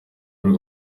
ari